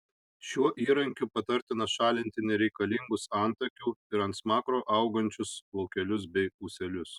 šiuo įrankiu patartina šalinti nereikalingus antakių ir ant smakro augančius plaukelius bei ūselius